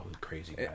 crazy